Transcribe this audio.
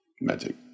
Magic